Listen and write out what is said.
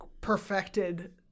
perfected